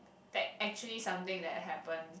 that actually something that happen